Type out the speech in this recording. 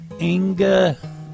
Inga